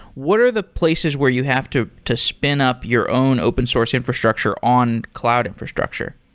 what are the places where you have to to spin up your own open source infrastructure on cloud infrastructure?